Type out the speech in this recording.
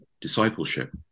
discipleship